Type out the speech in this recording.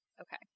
Okay